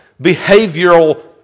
behavioral